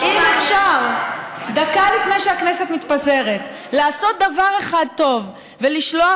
אם אפשר דקה לפני שהכנסת מתפזרת לעשות דבר אחד טוב ולשלוח